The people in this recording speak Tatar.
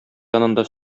янында